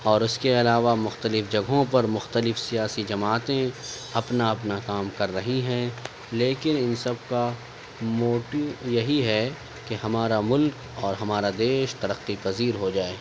اور اس کے علاوہ مختلف جگہوں پر مختلف سیاسی جماعتیں اپنا اپنا کام کر ہی ہیں لیکن ان سب کا موٹو یہی ہے کہ ہمارا ملک اور ہمارا دیش ترقی پذیر ہو جائے